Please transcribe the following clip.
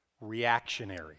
reactionary